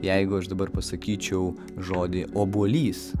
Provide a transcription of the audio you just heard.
jeigu aš dabar pasakyčiau žodį obuolys